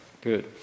good